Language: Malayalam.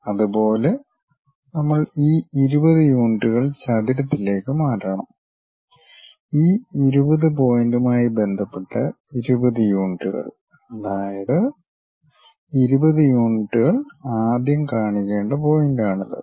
അതുപോലെ നമ്മൾ ഈ 20 യൂണിറ്റുകൾ ചതുരത്തിലേക്ക് മാറ്റണം ഈ പോയിന്റുമായി ബന്ധപ്പെട്ട് 20 യൂണിറ്റുകൾ അതായത് 20 യൂണിറ്റുകൾ ആദ്യം കാണിക്കേണ്ട പോയിന്റാണിത്